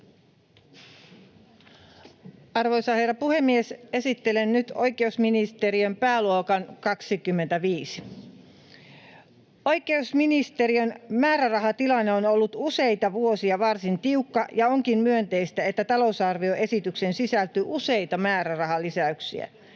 Arvoisa herra puhemies! Esittelen nyt oikeusministeriön pääluokan 25. Oikeusministeriön määrärahatilanne on ollut useita vuosia varsin tiukka, ja onkin myönteistä, että talousarvioesitykseen sisältyy useita määrärahalisäyksiä.